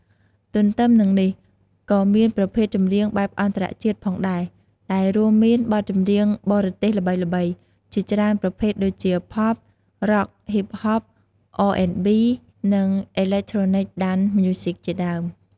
ទន្ទឹមនឹងនេះ ក៏មានប្រភេទ ចម្រៀងបែបអន្តរជាតិ ផងដែរ ដែលរួមមានបទចម្រៀងបរទេសល្បីៗជាច្រើនប្រភេទដូចជា Pop, Rock, Hip-hop, R&B, និង Electronic Dance Music ជាដើម។